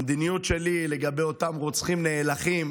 המדיניות שלי לגבי אותם רוצחים נאלחים